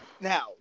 Now